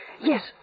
Yes